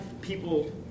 people